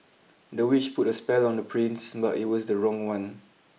the witch put a spell on the prince but it was the wrong one